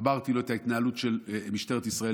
אמרתי לו על ההתנהלות של משטרת ישראל